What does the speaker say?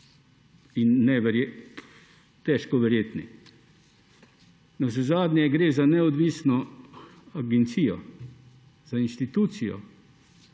in težko verjetni. Navsezadnje gre za neodvisno agencijo, za inštitucijo,